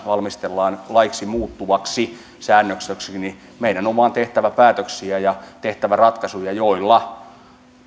valmistellaan laiksi muuttuvaksi säännöstöksi meidän on vain tehtävä päätöksiä ja tehtävä ratkaisuja joilla